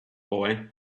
boy